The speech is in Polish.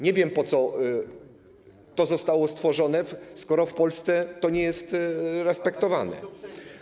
Nie wiem, po co to zostało stworzone, skoro w Polsce to nie jest respektowane.